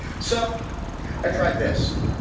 so i tried this.